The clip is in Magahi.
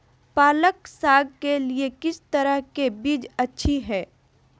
पालक साग के लिए किस तरह के बीज अच्छी है?